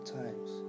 times